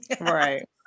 Right